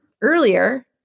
earlier